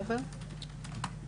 (באמצעות מצגת)